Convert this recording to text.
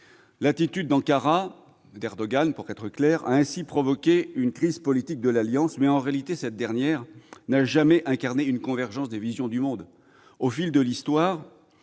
L'attitude d'Ankara- d'Erdogan, pour être clair -a ainsi provoqué une crise politique de l'Alliance. En réalité, cette dernière n'a jamais incarné une convergence des visions du monde. Au fil de l'histoire,